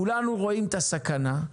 כולנו רואים את הסכנה,